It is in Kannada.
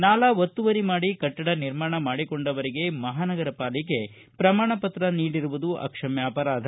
ನಾಲಾ ಒತ್ತುವರಿ ಮಾಡಿ ಕಟ್ಟಡ ನಿರ್ಮಾಣ ಮಾಡಿಕೊಂಡವರಿಗೆ ಮಹಾನಗರ ಪಾಲಿಕೆ ಪ್ರಮಾಣ ಪತ್ರ ದೊರೆತಿರುವದು ಅಕ್ಷಮ್ಕ ಅಪರಾಧ